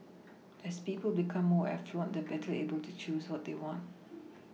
as people become more affluent they are better able to choose what they want